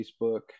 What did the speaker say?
Facebook